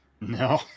No